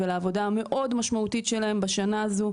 ולעבודה המאוד משמעותית שלהם בשנה הזו,